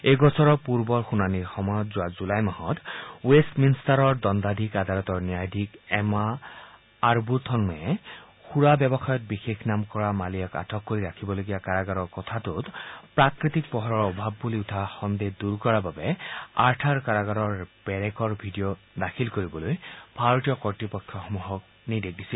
এই গোচৰৰ পূৰ্বৰ শুনানিৰ সময়ত যোৱা জুলাই মাহত ৱেষ্টমিনষ্টাৰৰ দণ্ডাধীশ আদালতৰ ন্যায়াধীশ এমা আলবুথনতে সুৰা ব্যৱসায়ীৰ বিশেষ নাম কৰা মাল্যক আটক কৰি ৰাখিবলগীয়া কাৰাগাৰৰ কোঠাটোত প্ৰাকৃতিক পোহৰৰ অভাৱ বুলি উঠা সন্দেহ দূৰ কৰাৰ বাবে আৰ্থুৰ কাৰাগাৰৰ বেৰেকৰ ভিডিঅ' দাখিল কৰিবলৈ ভাৰতীয় কৰ্তৃপক্ষসমূহক নিৰ্দেশ দিছে